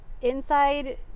inside